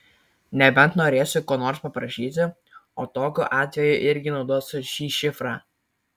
nebent norėsiu ko nors paprašyti o tokiu atveju irgi naudosiu šį šifrą